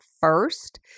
first